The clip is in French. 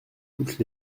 toutes